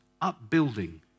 upbuilding